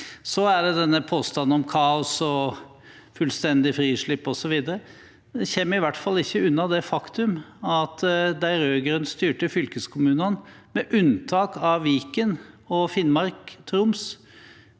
Så er det denne påstanden om kaos, fullstendig frislipp osv. En kommer i hvert fall ikke unna det faktum at de rød-grønt-styrte fylkeskommunene – med unntak av Viken og Troms